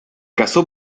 casó